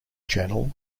channel